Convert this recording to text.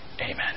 Amen